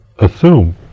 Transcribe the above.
assume